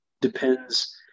depends